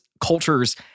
cultures